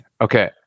okay